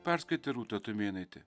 perskaitė rūta tumėnaitė